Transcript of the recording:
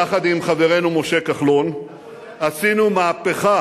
יחד עם חברנו משה כחלון עשינו מהפכה